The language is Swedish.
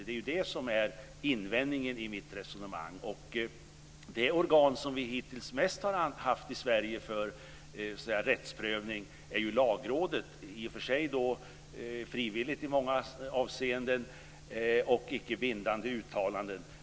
Det är det som är invändningen i mitt resonemang. Det organ som vi hittills mest har använt i Sverige för rättsprövning är Lagrådet. Det har i och för sig skett frivilligt i många avseenden, och det har varit icke bindande uttalanden.